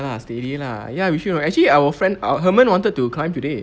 ya steady lah ya we should actually our friend uh herman wanted to climb today